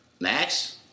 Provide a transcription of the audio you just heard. Max